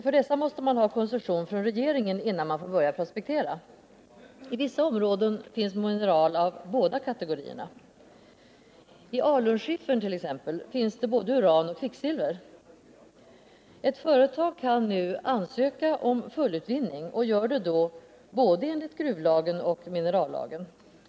För dessa måste man ha koncession från regeringen innan man får börja prospektera. I vissa områden finns mineral av båda kategorierna. I alunskiffern finns det t.ex. både uran och kvicksilver. Ett företag kan ansöka om fullutvinning och gör det då enligt både gruvlagen och minerallagen.